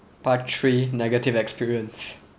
part three negative experience